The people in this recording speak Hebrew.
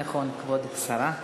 נכון, כבוד השרה.